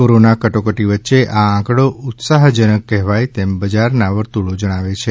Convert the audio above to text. corona કટોકટી વચ્ચે આ આંકડો ઉત્સાહજનક કહેવાય તેમ બજારના વર્તુળો જણાવે છે